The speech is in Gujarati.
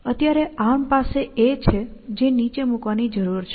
અત્યારે આર્મ પાસે A છે જે નીચે મૂકવાની જરૂર છે